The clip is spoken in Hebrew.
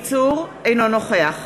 אינו נוכח